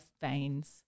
veins